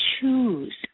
choose